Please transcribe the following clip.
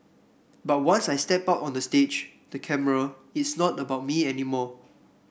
but once I step out on the stage the camera it's not about me anymore